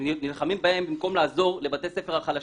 נלחמים בהם במקום לעזור לבתי הספר החלשים.